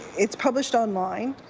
it's published on-line.